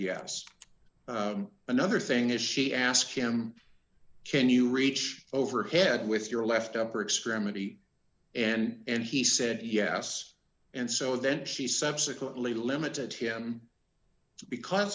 yes another thing is she asked him can you reach overhead with your left upper extremity and he said yes and so then she subsequently limited him because